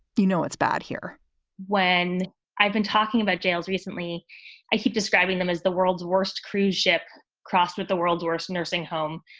you know it's bad here when i've been talking about jails recently i keep describing them as the world's worst cruise ship crossed with the world's worst nursing home.